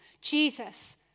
Jesus